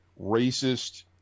racist